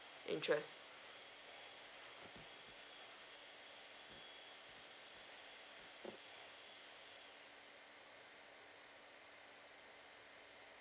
interest